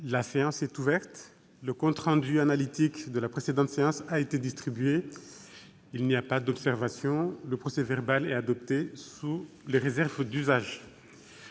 La séance est ouverte. Le compte rendu analytique de la précédente séance a été distribué. Il n'y a pas d'observation ?... Le procès-verbal est adopté sous les réserves d'usage.